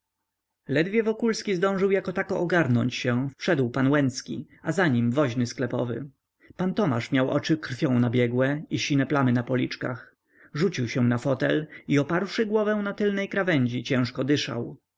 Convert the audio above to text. ledwie wokulski zdążył jakotako ogarnąć się wszedł pan łęcki a za nim woźny sklepowy pan tomasz miał oczy krwią nabiegłe i sine plamy na policzkach rzucił się na fotel i oparłszy głowę na tylnej krawędzi ciężko dyszał